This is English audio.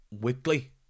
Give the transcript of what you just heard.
weekly